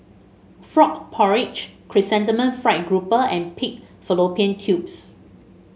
Frog Porridge Chrysanthemum Fried Grouper and Pig Fallopian Tubes